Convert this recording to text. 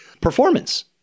performance